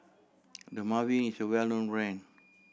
Dermaveen is a well known brand